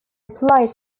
applied